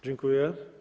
Dziękuję.